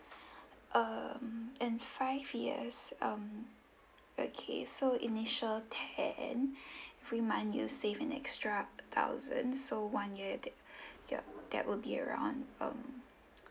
um in five years um okay so initial ten every month you save an extra a thousand so one year it take ya that will be around um